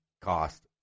cost